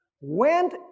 went